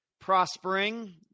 prospering